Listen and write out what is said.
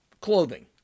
clothing